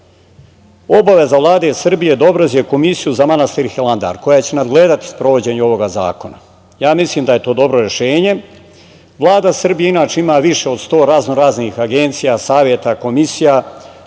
obaveza Vlade Srbije da obrazuje komisiju za manastir Hilandar koja će nadgledati sprovođenju ovoga zakona. Ja mislim da je to dobro rešenje. Vlada Srbije inače ima više od 100 raznoraznih agencija, saveta, komisija.